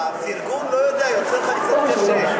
גפני, הפרגון, לא יודע, יוצא לך קצת קשה.